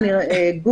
(היו"ר איתן